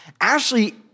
Ashley